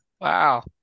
Wow